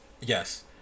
Yes